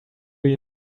you